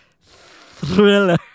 Thriller